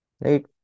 Right